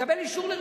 מקבל אישור למה?